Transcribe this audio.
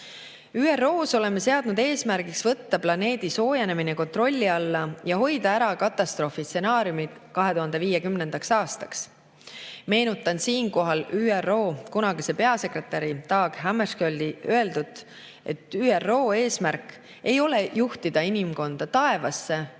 ÜRO-s oleme seadnud eesmärgiks võtta planeedi soojenemine kontrolli alla ja hoida ära katastroofistsenaariumid 2050. aastaks. Meenutan siinkohal ÜRO kunagise peasekretäri Dag Hammarskjöldi öeldut, et ÜRO eesmärk ei ole juhtida inimkonda taevasse,